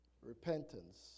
repentance